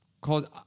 called